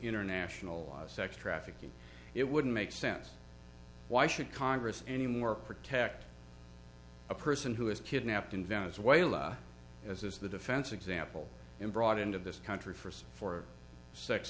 internationalize sex trafficking it wouldn't make sense why should congress any more protect a person who is kidnapped in venezuela as is the defense example and brought into this country first for sex